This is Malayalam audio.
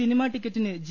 സിനിമാ ടിക്കറ്റിന് ജി